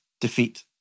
defeat